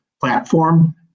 platform